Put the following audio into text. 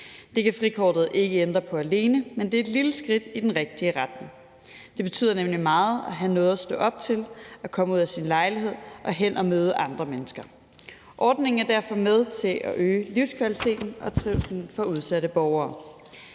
Det kan frikortet ikke ændre på alene, men det er et lille skridt i den rigtige retning. Det betyder nemlig meget at have noget at stå op til og komme ud af sin lejlighed og hen og møde andre mennesker. Ordningen er derfor med til at øge livskvaliteten og trivslen for udsatte borgere.